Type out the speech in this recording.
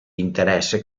interesse